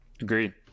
Agreed